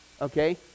okay